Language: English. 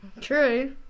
true